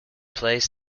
plays